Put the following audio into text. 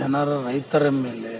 ಜನರು ರೈತರ ಮೇಲೆ